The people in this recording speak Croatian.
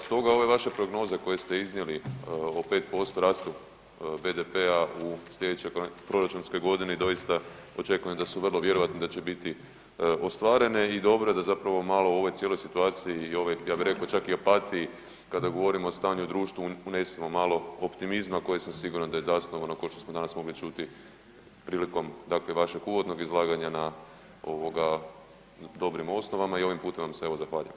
Stoga ove vaše prognoze koje ste iznijeli o 5% rastu BDP-a u slijedećoj proračunskog godini doista očekujem da su vrlo vjerojatno da će biti ostvarene i dobro je da zapravo malo u ovoj cijeloj situaciji i ovoj ja bi rekao čak i apatiji kada govorimo o stanju u društvu unesemo malo optimizma koji sam siguran da je zasnovano kao što smo danas mogli čuti prilikom dakle vašeg uvodnog izlaganja na ovoga dobrim osnovama i ovim putem vam se evo zahvaljujem.